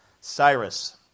Cyrus